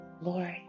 Lord